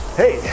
hey